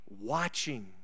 watching